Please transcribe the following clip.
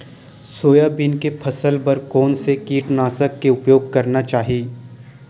Soybean के फसल बर कोन से कीटनाशक के उपयोग करना चाहि?